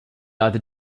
either